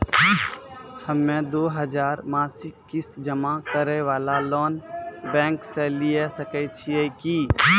हम्मय दो हजार मासिक किस्त जमा करे वाला लोन बैंक से लिये सकय छियै की?